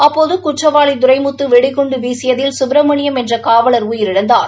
அப்போது குற்றவாளி துரைமுத்து வெடிகுண்டு வீசியதில் சுப்பிரமணியம் என்ற காவலர் உயிரிழந்தார்